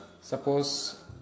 suppose